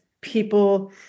people